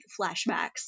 flashbacks